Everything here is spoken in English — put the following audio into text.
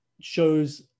shows